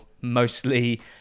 mostly